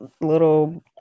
little